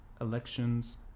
elections